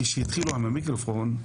כשהתחילו עם המיקרופון,